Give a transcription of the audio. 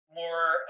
more